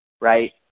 right –